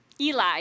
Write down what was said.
Eli